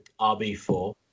RB4